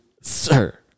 Sir